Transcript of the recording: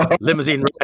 Limousine